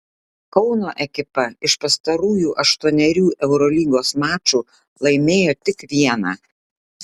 kauno ekipa iš pastarųjų aštuonerių eurolygos mačų laimėjo tik vieną